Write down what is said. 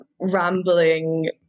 rambling